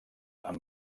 amb